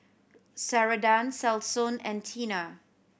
Ceradan Selsun and Tena